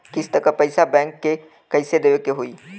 किस्त क पैसा बैंक के कइसे देवे के होई?